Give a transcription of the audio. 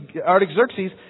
Artaxerxes